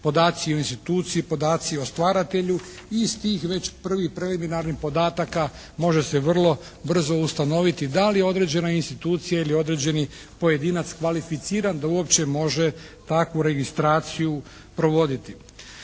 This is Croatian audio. podaci o instituciji, podaci o stvaratelju. Iz tih već prvih preliminarnih podataka može se vrlo brzo ustanoviti da li određena institucija ili određeni pojedinac kvalificiran da uopće može takvu registraciju provoditi.